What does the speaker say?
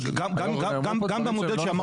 אז גם במודל שאמרתי לך.